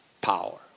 power